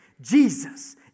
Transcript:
Jesus